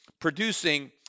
producing